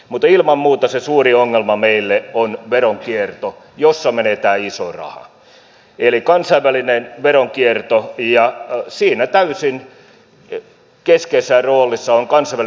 mutta ilman muuta suurin ongelma meille on veronkierto jossa menee tämä iso raha eli kansainvälinen veronkierto ja siinä täysin keskeisessä roolissa on kansainvälinen tietojen vaihto